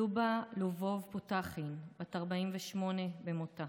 לובה לובוב פוטכין, בת 48 במותה,